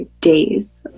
days